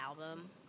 album